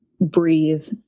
breathe